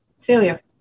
Failure